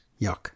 Yuck